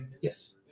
yes